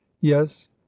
yes